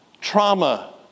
trauma